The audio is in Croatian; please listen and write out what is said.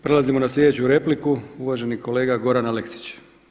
Prelazimo na sljedeću repliku uvaženi kolega Goran Aleksić.